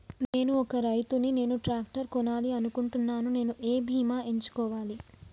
నేను ఒక రైతు ని నేను ట్రాక్టర్ కొనాలి అనుకుంటున్నాను నేను ఏ బీమా ఎంచుకోవాలి?